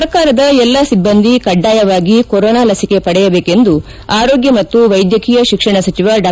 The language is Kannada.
ಸರ್ಕಾರದ ಎಲ್ಲಾ ಸಿಬ್ಲಂದಿ ಕಡ್ಡಾಯವಾಗಿ ಕೊರೊನಾ ಲಸಿಕೆ ಪಡೆಯಬೇಕೆಂದು ಆರೋಗ್ಯ ಮತ್ತು ವೈದ್ಯಕೀಯ ಶಿಕ್ಷಣ ಸಚಿವ ಡಾ